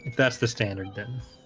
that's the standard dennis